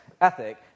ethic